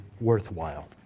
worthwhile